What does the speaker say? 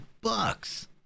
bucks